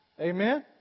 Amen